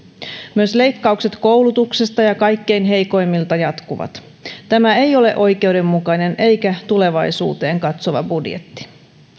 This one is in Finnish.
myös leikkaukset koulutuksesta ja kaikkein heikoimmilta jatkuvat tämä ei ole oikeudenmukainen eikä tulevaisuuteen katsova budjetti